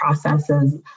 processes